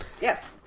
yes